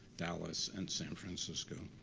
dallas, and san francisco.